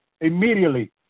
immediately